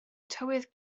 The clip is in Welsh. tywydd